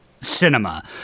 cinema